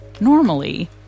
Normally